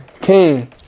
King